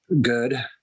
good